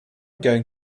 going